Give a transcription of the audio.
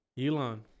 Elon